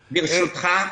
ברשותך,